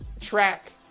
track